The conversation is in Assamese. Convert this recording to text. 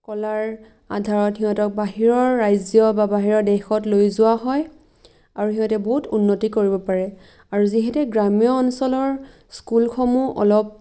কলাৰ আধাৰত সিহঁতক বাহিৰৰ ৰাজ্য বা বাহিৰৰ দেশত লৈ যোৱা হয় আৰু সিহঁতে বহুত উন্নতি কৰিব পাৰে আৰু যিহেতু গ্ৰাম্য অঞ্চলৰ স্কুলসমূহ অলপ